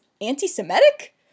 anti-Semitic